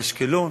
לאשקלון,